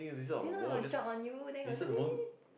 didn't know it will drop on you then you will